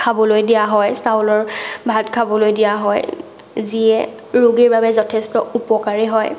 খাবলৈ দিয়া হয় চাউলৰ ভাত খাবলৈ দিয়া হয় যিয়ে ৰোগীৰ বাবে যথেষ্ট উপকাৰী হয়